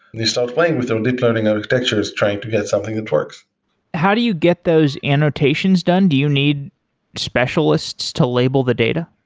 you start playing with your deep learning architectures trying to get something that works how do you get those annotations done? do you need specialists to label the data?